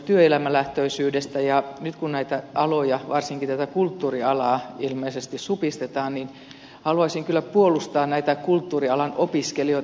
nyt kun näitä aloja varsinkin tätä kulttuurialaa ilmeisesti supistetaan niin haluaisin kyllä puolustaa näitä kulttuurialan opiskelijoita